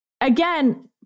Again